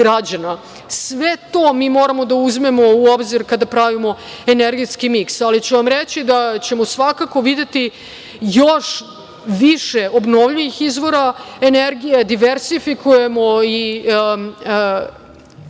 to mi moramo da uzmemo u obzir kada pravimo energetski miks, ali ću vam reći da ćemo svakako videti još više obnovljivih izvora energije, diversifikujemo i